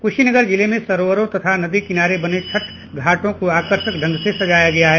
कुशीनगर जिले में सरोवरों तथा नदी किनारे बने घाटों को आकर्षक ढंग से सजाया गया है